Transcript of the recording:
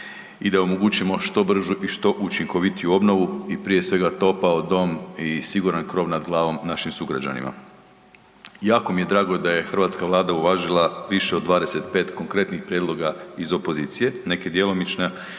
i da omogućimo što bržu i što učinkovitiju obnovu i prije svega topao dom i siguran krov nad glavom našim sugrađanima. Jako mi je drago da je hrvatska Vlada uvažila više od 25 konkretnih prijedloga iz opozicije, neke djelomično,